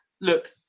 look